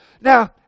Now